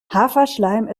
haferschleim